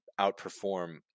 outperform